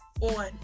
on